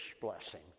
blessing